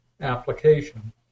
application